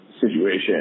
situation